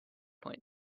point